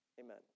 amen